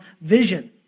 vision